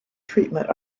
treatment